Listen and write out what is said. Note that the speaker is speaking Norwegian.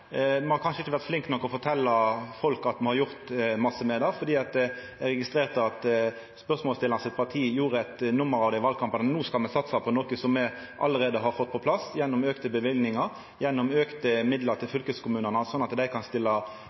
Me har kanskje ikkje vore flinke nok til å fortelja folk at me har gjort mykje med det, for eg registrerte at partiet til spørsmålsstillaren i valkampen gjorde eit nummer av at no skulle dei satsa på noko som me allereie har fått på plass gjennom auka løyvingar, gjennom auka midlar til fylkeskommunane, slik at dei kan stilla